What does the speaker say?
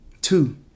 Two